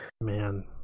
Man